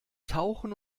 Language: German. tauchen